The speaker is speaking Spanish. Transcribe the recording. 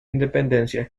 independencia